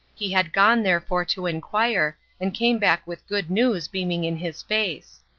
he had gone therefore to inquire, and came back with good news beaming in his face.